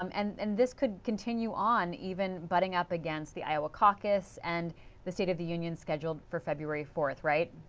um and and this could continue on, even butting up against the iowa caucus. and the state of the union scheduled for february four, right?